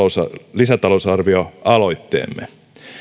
lisätalousarvioaloitteemme